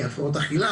כמו הפרעות אכילה,